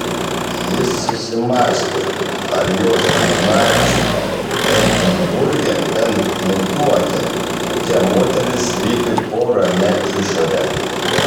jis susimąstė ar jos giminaičiai edinburge bent nutuokia kokia moteris slypi po ramia išore